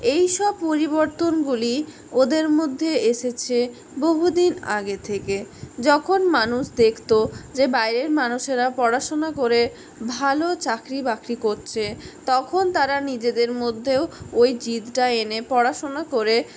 এইসব পরিবর্তনগুলি ওদের মধ্যে এসেছে বহুদিন আগে থেকে যখন মানুষ দেখত যে বাইরের মানুষেরা পড়াশোনা করে ভালো চাকরি বাকরি করছে তখন তারা নিজেদের মধ্যেও ওই জেদটা এনে পড়াশোনা করে